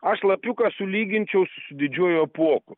aš lapiuką sulyginčiau su didžiuoju apuoku